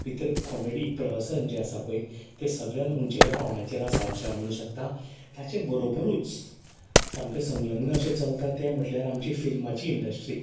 ती तर कॉमेडी प्रसहन जें आसा पय तें सगल्यान उंचेल्या पांवण्याचेर आसा अशें हांव म्हणूं शकता ताचे बरोबरूच सामकें सलग्न अशें चलतां तें म्हटल्यार आमचीं फिल्माची इंडस्ट्री